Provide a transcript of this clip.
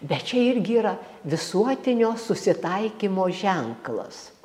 bet čia irgi yra visuotinio susitaikymo ženklas